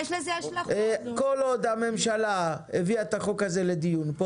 כל עוד הממשלה הביאה את הצעת החוק הזאת לדיון פה,